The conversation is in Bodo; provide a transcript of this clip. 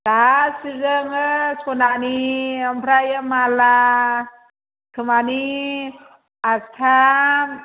गासिबजोङो सनानि आमफ्राय माला खोमानि आस्थाम